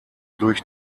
durch